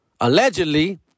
allegedly